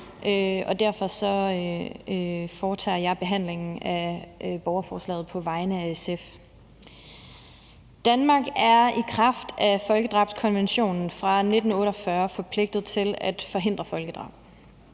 derfor foretager jeg behandlingen af borgerforslaget på vegne af SF. Danmark er i kraft af folkedrabskonventionen fra 1948 forpligtet til at forhindre folkedrab.